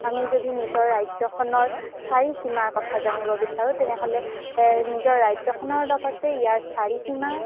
আমি যদি নিজৰ ৰাজ্যখনৰ চাৰিসীমাৰ কথা জানিব বিচাৰোঁ তেনেহ'লে নিজৰ ৰাজ্যখনৰ লগতে ইয়াৰ চাৰিসীমা